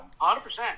100